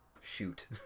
shoot